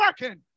working